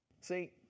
See